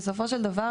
בסופו של דבר,